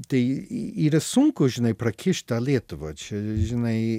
tai yra sunku žinai prakišt tą lietuvą čia žinai